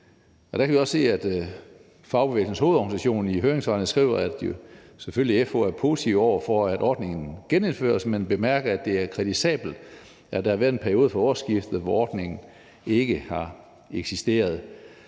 Fagbevægelsens Hovedorganisation i høringssvarene skriver, at de selvfølgelig er positive over for, at ordningen genindføres, men at de bemærker, at det er kritisabelt, at der har været en periode fra årsskiftet, hvor ordningen ikke har eksisteret.